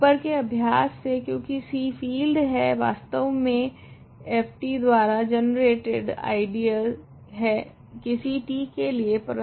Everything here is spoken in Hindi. ऊपर के अभ्यास से क्योकि C फील्ड है I वास्तव मे ft द्वारा जनरेटेड आइडियल है किसी t के लिए